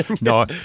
No